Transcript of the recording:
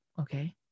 okay